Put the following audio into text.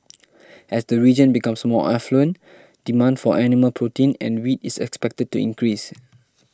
as the region becomes more affluent demand for animal protein and wheat is expected to increase